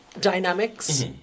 dynamics